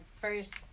first